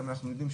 אנחנו יודעים,